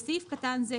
בסעיף קטן זה,